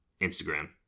Instagram